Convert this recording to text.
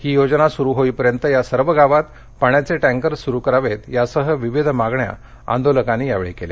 ही योजना सुरु होईपर्यंत या सर्व गावात पाण्याचे टँकर चालू करावे यासह विविध मागण्या आंदोलकांनी यावेळी केल्या